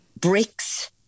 Bricks